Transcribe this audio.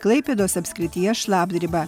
klaipėdos apskrityje šlapdriba